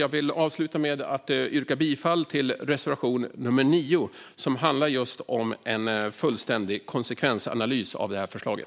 Jag vill avsluta med att yrka bifall till reservation nummer 9, som handlar just om en fullständig konsekvensanalys av det här förslaget.